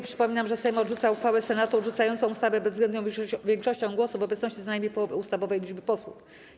Przypominam, że Sejm odrzuca uchwałę Senatu odrzucającą ustawę bezwzględną większością głosów w obecności co najmniej połowy ustawowej liczby posłów.